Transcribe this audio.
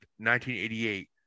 1988